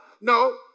No